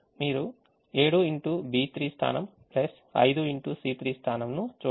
మీరు 7 x B3 స్థానం 5 x C3 స్థానం ను చూడవచ్చు